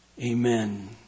Amen